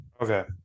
Okay